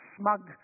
smug